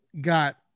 got